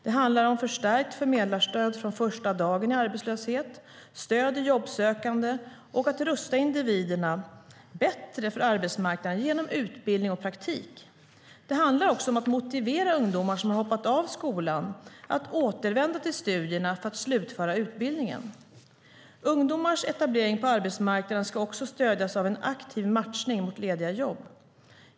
Det handlar om förstärkt förmedlarstöd från första dagen i arbetslöshet, stöd i jobbsökande och att rusta individerna bättre för arbetsmarknaden genom utbildning och praktik. Det handlar också om att motivera ungdomar som har hoppat av skolan att återvända till studierna för att slutföra utbildningen. Ungdomars etablering på arbetsmarknaden ska också stödjas av en aktiv matchning mot lediga jobb.